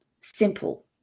Simple